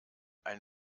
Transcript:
ein